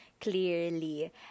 clearly